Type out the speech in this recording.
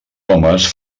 homes